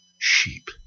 Sheep